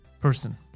person